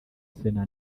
sena